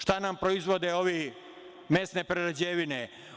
Šta nam proizvode ovi mesne prerađevine?